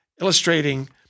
illustrating